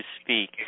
speak